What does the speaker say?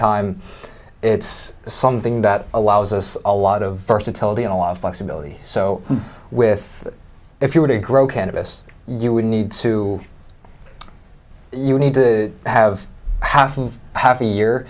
time it's something that allows us a lot of first until the in a lot of flexibility so with if you were to grow cannabis you would need to you need to have half and half a year